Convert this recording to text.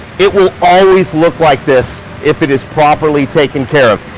it will always look like this if it is properly taken care of.